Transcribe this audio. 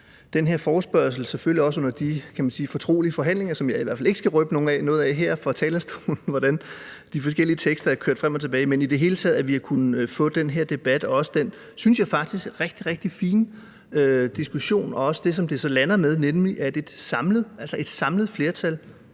den her forespørgsel, og selvfølgelig også under de, kan man sige, fortrolige forhandlinger, som jeg i hvert fald ikke skal røbe noget fra her fra talerstolen, hvordan de forskellige tekster er kørt frem og tilbage, men at vi i det hele taget har kunnet få den her debat og den, synes jeg faktisk også, rigtig, rigtig fine diskussion og også det, som det så lander med, nemlig at et enigt Folketing